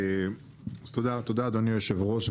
תודה, אדוני היושב-ראש.